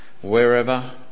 wherever